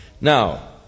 Now